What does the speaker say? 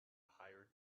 hire